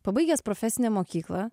pabaigęs profesinę mokyklą